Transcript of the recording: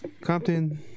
Compton